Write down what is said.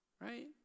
Right